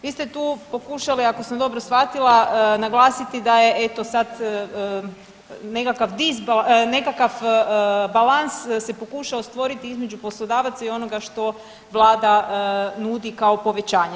Vi ste tu pokušali ako sam dobro shvatila naglasiti da je eto sad nekakav balans se pokušao stvoriti između poslodavaca i onoga što vlada nudi kao povećanje.